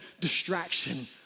distraction